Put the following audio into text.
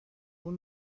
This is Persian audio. اون